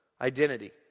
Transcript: identity